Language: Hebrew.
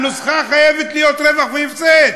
הנוסחה חייבת להיות רווח והפסד.